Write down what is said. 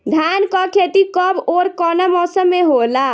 धान क खेती कब ओर कवना मौसम में होला?